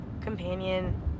companion